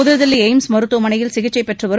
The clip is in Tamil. புதுதில்லி எய்ம்ஸ் மருத்துவமனையில் சிகிச்சை பெற்றுவரும்